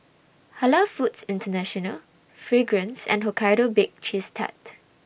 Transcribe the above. Halal Foods International Fragrance and Hokkaido Baked Cheese Tart